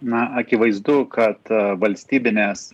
na akivaizdu kad valstybinės